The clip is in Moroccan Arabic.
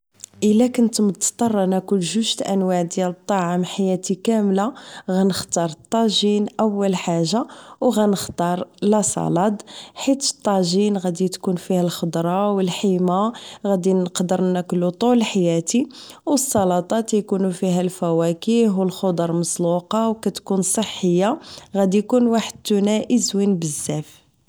الا كنت مضطرة ناكل جوج انواع ديال الطعام حياتي كاملة غنختار الطجين اول حاجة و غنختار لا صلاد حيت الطاجين غادي تكون فيه الخضرة و لحيمة غنقدر ناكلو طول حياتي و السلطة كيكونو فيها الفواكه و الخضر مسلوقة و كتكون صحية غادي يكون واحد الثنائي زوين بزاف